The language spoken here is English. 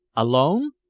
alone?